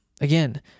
Again